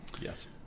Yes